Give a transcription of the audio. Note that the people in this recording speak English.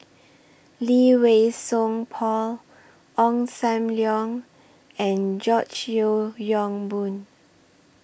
Lee Wei Song Paul Ong SAM Leong and George Yeo Yong Boon